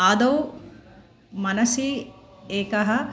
आदौ मनसि एकः